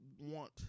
want